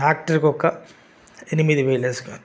tractor ఒక ఎనిమిది వేలు వేస్కొ